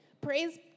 praise